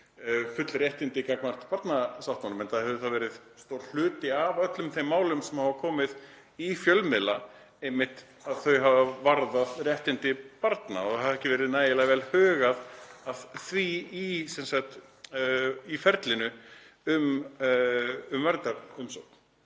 full réttindi gagnvart barnasáttmálanum, enda hefur stór hluti af öllum þeim málum sem hafa komið í fjölmiðla einmitt varðað réttindi barna og ekki verið nægilega vel hugað að því í ferlinu um verndarumsókn.